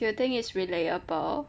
do you think it's relatable